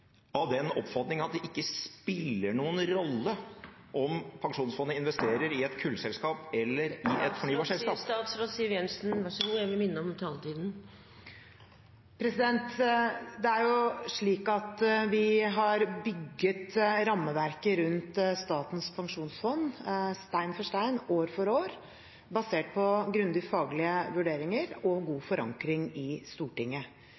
av den oppfatning at det ikke spiller noen rolle om pensjonsfondet investerer i et kullselskap eller et fornybarselskap? Jeg vil minne om taletiden. Statsråd Siv Jensen, vær så god. Det er slik at vi har bygget rammeverket rundt Statens pensjonsfond stein for stein, år for år, basert på grundige faglige vurderinger og god forankring i Stortinget.